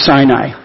Sinai